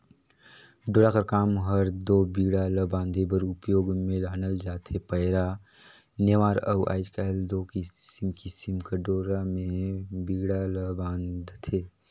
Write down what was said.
डोरा कर काम हर दो बीड़ा ला बांधे बर उपियोग मे लानल जाथे पैरा, नेवार अउ आएज काएल दो किसिम किसिम कर डोरा मे बीड़ा ल बांधथे